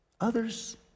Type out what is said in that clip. others